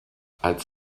als